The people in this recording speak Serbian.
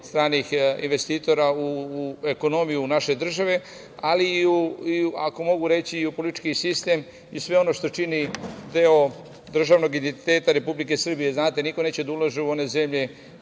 stranih investitora u ekonomiju naše države, i ako mogu reći i u politički sistem i sve ono što čini deo državnog identiteta Republike Srbije. Znate, niko neće da ulaže u one zemlje